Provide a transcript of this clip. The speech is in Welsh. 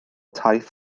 taith